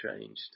changed